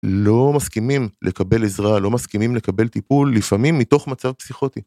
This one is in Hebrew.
לא מסכימים לקבל עזרה, לא מסכימים לקבל טיפול, לפעמים מתוך מצב פסיכוטי.